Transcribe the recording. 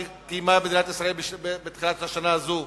שקיימה מדינת ישראל בתחילת השנה הזו,